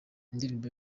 indirimbo